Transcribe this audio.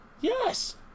Yes